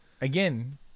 again